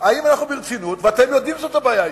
אם אנחנו רציניים, ואתם יודעים שזאת הבעיה.